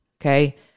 okay